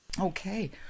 Okay